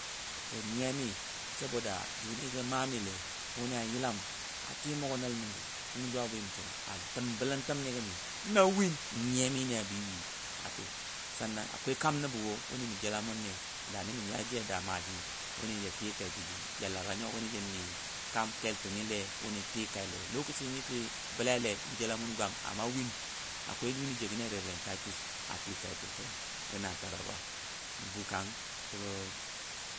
To nyiyami saboda juni gə mami lai nuni a yilam twi mʊgɔ nəl məndi nəngɔ jʊ to a belen təmni nyiya mi ni a bɨɨ bɨ a ti san nan akwai kam nəbɔ wo dani mə nyaji da maaji ja tikai a lara na wuni ja ni kam kel tən ne wuni tikaileam amma, n jelamun gwam amma win nuni ja jegən ne gə reveren Titus a tikai sho shai gə na Taraba n bukang.